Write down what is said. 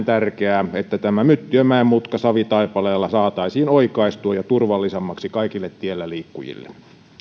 tärkeää että myttiönmäen mutka savitaipaleella saataisiin oikaistua ja turvallisemmaksi kaikille tiellä liikkujille